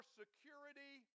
security